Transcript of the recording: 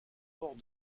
port